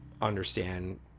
understand